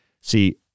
See